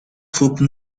troupes